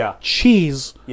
cheese